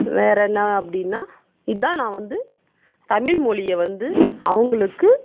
வேறு என்ன அப்படின்னா இதுதான் நான் வந்து தமிழ் மொழியை வந்து அவங்களுக்கு